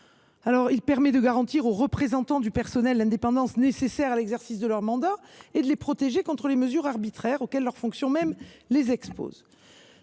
: il permet de garantir aux représentants du personnel l’indépendance nécessaire à l’exercice de leur mandat et de les protéger contre les mesures arbitraires auxquelles leurs fonctions les exposent.